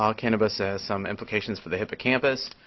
um cannabis has some implications for the hippocampus.